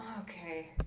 okay